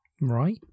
right